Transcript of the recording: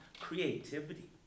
creativity